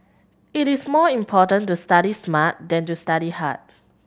it is more important to study smart than to study hard